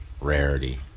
rarity